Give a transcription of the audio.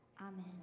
Amen